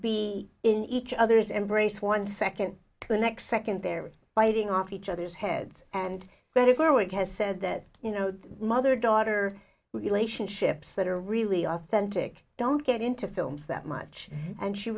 be in each other's embrace one second to the next second they're biting off each other's heads and let it go it has said that you know mother daughter relationships that are really authentic don't get into films that much and she